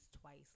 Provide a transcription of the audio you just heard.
twice